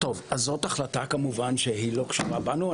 זאת החלטה כמובן שאינה קשורה בנו.